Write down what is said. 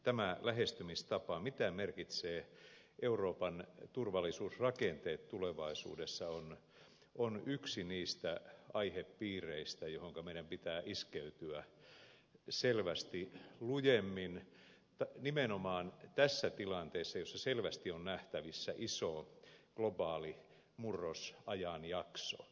tämä lähestymistapa mitä merkitsevät euroopan turvallisuusrakenteet tulevaisuudessa on yksi niistä aihepiireistä joihinka meidän pitää iskeytyä selvästi lujemmin nimenomaan tässä tilanteessa jossa selvästi on nähtävissä iso globaali murrosajanjakso